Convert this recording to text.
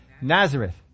Nazareth